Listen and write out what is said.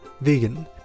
vegan